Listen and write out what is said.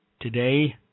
today